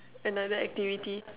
another activity